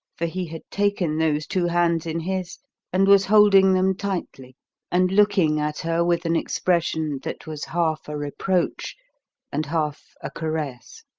for he had taken those two hands in his and was holding them tightly and looking at her with an expression that was half a reproach and half a caress.